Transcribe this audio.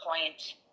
point